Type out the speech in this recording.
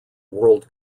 world